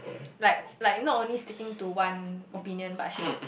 like like not only sticking to one opinion but h~